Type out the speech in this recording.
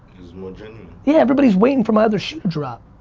mor genuine. yeah, everybody's waiting for my other to drop.